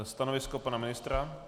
Stanovisko pana ministra?